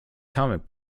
comic